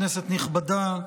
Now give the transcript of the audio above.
כנסת נכבדה,